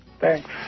Thanks